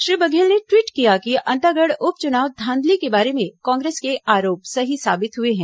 श्री बघेल ने ट्वीट किया कि अंतागढ़ उप चुनाव धांधली के बारे में कांग्रेस के आरोप सही साबित हुए हैं